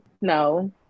no